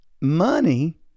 money